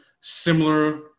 similar